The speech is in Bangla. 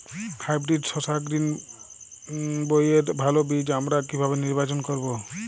হাইব্রিড শসা গ্রীনবইয়ের ভালো বীজ আমরা কিভাবে নির্বাচন করব?